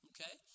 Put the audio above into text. Okay